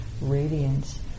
radiance